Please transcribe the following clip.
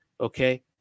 Okay